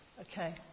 Okay